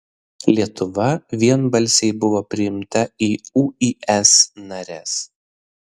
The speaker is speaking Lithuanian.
lietuva vienbalsiai buvo priimta į uis nares